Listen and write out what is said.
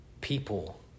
people